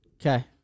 Okay